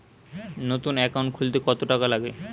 নতুন একাউন্ট খুলতে কত টাকা লাগে?